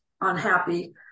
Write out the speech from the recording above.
unhappy